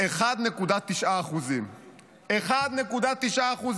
1.9%. 1.9%,